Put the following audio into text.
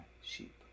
sheep